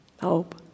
Hope